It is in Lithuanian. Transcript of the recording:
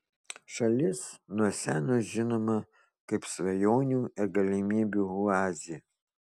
šalis nuo seno žinoma kaip svajonių ir galimybių oazė